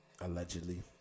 Allegedly